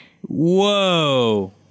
Whoa